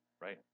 Right